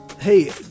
hey